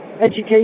education